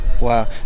Wow